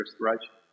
restoration